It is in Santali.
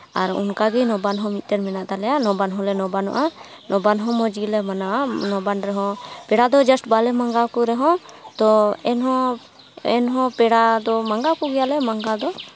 ᱟᱨ ᱚᱱᱠᱟ ᱜᱮ ᱞᱚᱵᱟᱱ ᱦᱚᱸ ᱢᱤᱫᱴᱮᱡ ᱢᱮᱱᱟᱜ ᱛᱟᱞᱮᱭᱟ ᱞᱚᱵᱟᱱ ᱦᱚᱸᱞᱮ ᱞᱚᱵᱟᱱᱚᱜᱼᱟ ᱞᱚᱵᱟᱱ ᱦᱚᱸ ᱢᱚᱡᱽ ᱜᱮᱞᱮ ᱢᱟᱱᱟᱣᱟ ᱞᱚᱵᱟᱱ ᱨᱮᱦᱚᱸ ᱯᱮᱲᱟ ᱫᱚ ᱡᱟᱥᱴ ᱵᱟᱞᱮ ᱢᱟᱜᱟᱣ ᱠᱚ ᱨᱮᱦᱚᱸ ᱛᱚ ᱮᱱᱦᱚᱸ ᱮᱱᱦᱚᱸ ᱯᱮᱲᱟ ᱫᱚ ᱢᱟᱜᱟᱣ ᱠᱚᱜᱮᱭᱟᱞᱮ ᱢᱟᱜᱟᱣ ᱫᱚ